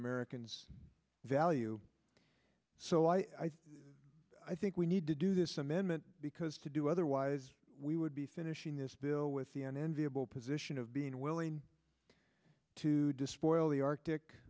americans value so i i think we need to do this amendment because to do otherwise we would be finishing this bill with the enviable position of being willing to despoil the arctic